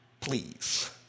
please